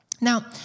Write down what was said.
Now